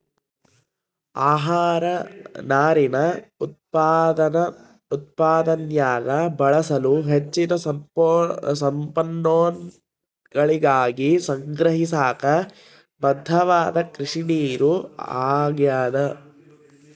ಆಹಾರ ನಾರಿನ ಉತ್ಪಾದನ್ಯಾಗ ಬಳಸಲು ಹೆಚ್ಚಿನ ಸಂಪನ್ಮೂಲಗಳಿಗಾಗಿ ಸಂಗ್ರಹಿಸಾಕ ಬದ್ಧವಾದ ಕೃಷಿನೀರು ಆಗ್ಯಾದ